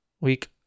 week